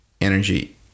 energy